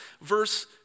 verse